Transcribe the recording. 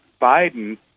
Biden